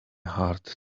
hard